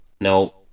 No